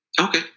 Okay